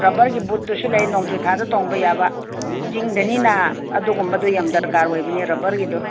ꯔꯕꯔꯒꯤ ꯕꯨꯠꯇꯨꯁꯨ ꯂꯩ ꯅꯣꯡꯖꯨ ꯊꯥꯗ ꯇꯣꯡꯕ ꯌꯥꯕ ꯆꯤꯡꯗꯅꯤꯅ ꯑꯗꯨꯒꯨꯝꯕꯗꯣ ꯌꯥꯝ ꯗꯔꯀꯥꯔ ꯑꯣꯏꯕꯅꯦ ꯔꯕꯔꯒꯤꯗꯣ